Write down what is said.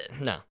No